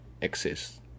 exist